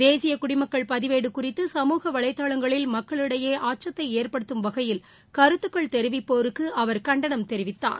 தேசிய குடிமக்கள் பதிவேடு குறித்து சமூக வலைத்தளங்களில் மக்களிடையே அச்சத்தை ஏற்படுத்தும் வகையில் கருத்துகள் தெரிவிப்போருக்கு அவர் கண்டனம் தெரிவித்தார்